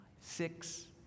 six